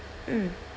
mm